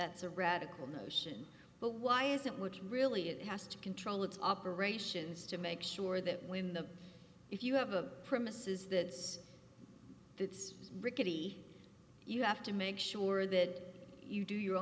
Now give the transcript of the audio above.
that's a radical notion but why isn't what really it has to control its operations to make sure that when the if you have a premises that says it's rickety you have to make sure that you do your